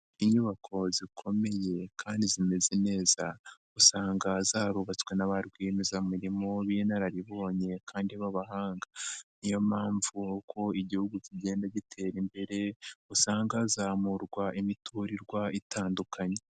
Inyubako zikomeye kandi zimeze neza usanga zarubatswe na ba rwiyemezamirimo b'inararibonye kandi b'abahanga ni yo mpamvu uko Igihugu kigenda gitera imbere usanga hazamurwa imiturirwa itandukanye.